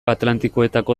atlantikoetako